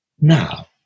Now